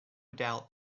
doubt